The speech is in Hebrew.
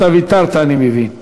אתה ויתרת, אני מבין.